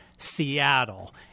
Seattle